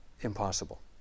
impossible